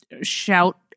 shout